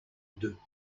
deux